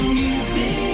music